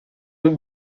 deux